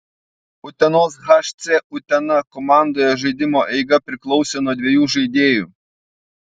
utenos hc utena komandoje žaidimo eiga priklausė nuo dviejų žaidėjų